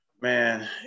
Man